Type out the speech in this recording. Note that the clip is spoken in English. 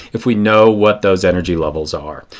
if we know what those energy levels are.